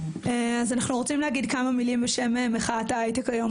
אז אנחנו רוצים להגיד כמה מילים בשם מחאת ההייטק היום,